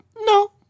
No